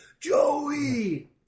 Joey